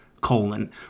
colon